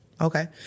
Okay